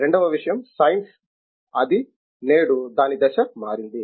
రెండవ విషయం సైన్స్ అధి నేడు దాని దశ మారింది